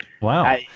Wow